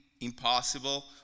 impossible